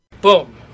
Boom